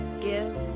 give